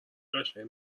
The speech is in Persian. قشنگ